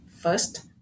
First